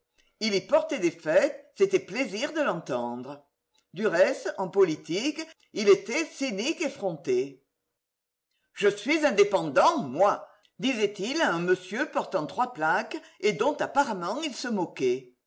il y portait des faits c'était plaisir de l'entendre du reste en politique il était cynique effronté je suis indépendant moi disait-il à un monsieur portent trois plaques et dont apparemment il se moquait